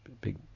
big